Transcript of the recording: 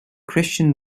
christian